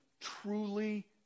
truly